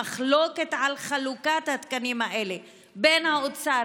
המחלוקת על חלוקת התקנים האלה בין האוצר